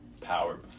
power